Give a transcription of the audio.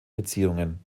beziehungen